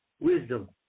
wisdom